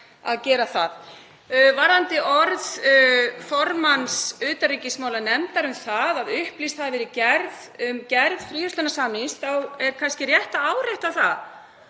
Varðandi orð formanns utanríkismálanefndar, um það að upplýst hafi verið um gerð fríverslunarsamnings, þá er kannski rétt að árétta að